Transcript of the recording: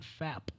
fap